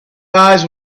eyes